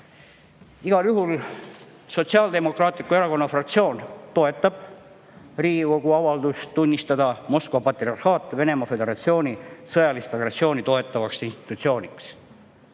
Igal juhul Sotsiaaldemokraatliku Erakonna fraktsioon toetab Riigikogu avaldust kuulutada Moskva patriarhaat Venemaa Föderatsiooni sõjalist agressiooni toetavaks institutsiooniks.